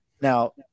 now